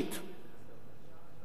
הצעת חוק-יסוד: החקיקה,